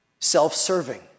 self-serving